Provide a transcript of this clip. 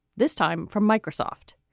this time from microsoft.